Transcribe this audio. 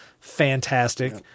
Fantastic